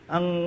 Ang